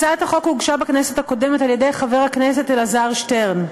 הצעת החוק הוגשה בכנסת הקודמת על-ידי חבר הכנסת אלעזר שטרן,